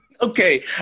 Okay